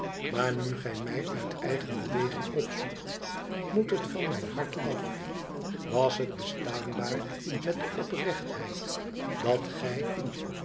maar nu gij mij uit eigen beweging opzoekt moet het van mijn hart af was het bestaanbaar met de oprechtheid dat gij